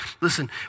Listen